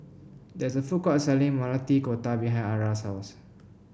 there is a food court selling Maili Kofta behind Arra's house